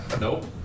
nope